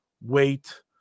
wait